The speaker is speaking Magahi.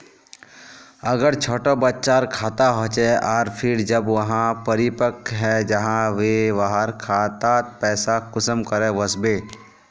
अगर छोटो बच्चार खाता होचे आर फिर जब वहाँ परिपक है जहा ते वहार खातात पैसा कुंसम करे वस्बे?